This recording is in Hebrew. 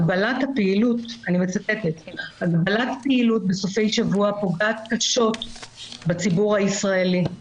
ואני מצטטת: 'הגבלת הפעילות בסופי שבוע פוגעת קשות בציבור הישראלי,